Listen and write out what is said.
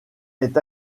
est